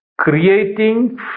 creating